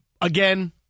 again